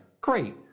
Great